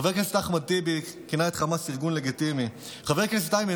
חבר הכנסת אחמד טיבי כינה את חמאס "ארגון לגיטימי"; חבר הכנסת איימן